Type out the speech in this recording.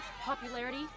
popularity